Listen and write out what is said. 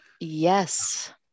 Yes